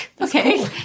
Okay